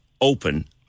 open